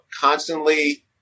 constantly